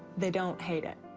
they don't hate it.